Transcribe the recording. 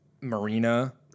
Marina